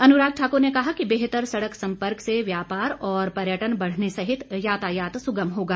अनुराग ठाकुर ने कहा कि बेहतर सड़क सम्पर्क से व्यापार और पर्यटन बढ़ने सहित यातायात सुगम होगा